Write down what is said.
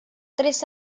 tres